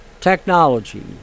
technology